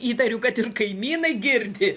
įtariu kad ir kaimynai girdi